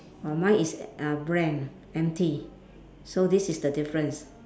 uh mine is uh brand empty so this is the difference